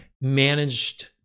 managed